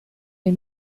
die